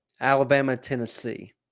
Alabama-Tennessee